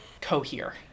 cohere